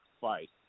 fight